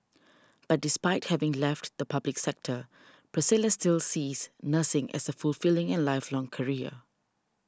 but despite having left the public sector Priscilla still sees nursing as a fulfilling and lifelong career